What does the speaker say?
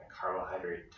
carbohydrate